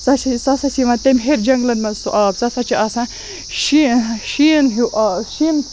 سُہ ہا چھِ سُہ ہَسا چھِ یِوان تمہِ ہیٚرِ جَنٛگلَن مَنٛز سُہ آب سُہ ہَسا چھُ آسان شین شیٖن ہیو آب شیٖن